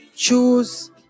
Choose